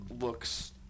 looks